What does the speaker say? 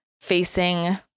facing